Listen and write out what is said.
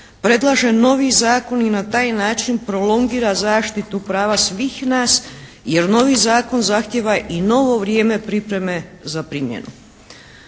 predlaže novi zakon i na taj način prolongira zaštitu prava svih nas jer novi zakon zahtjeva i novo vrijeme pripreme za primjenu.